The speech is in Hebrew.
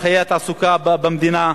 בחיי התעסוקה במדינה.